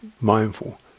mindful